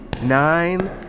Nine